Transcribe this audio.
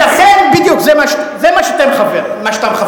בדיוק, זה מה שאתה מכוון.